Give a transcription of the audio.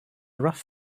rough